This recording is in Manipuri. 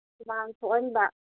ꯍꯨꯃꯥꯡ ꯊꯣꯛꯍꯟꯕ